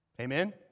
Amen